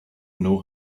know